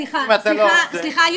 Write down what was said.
סליחה, אני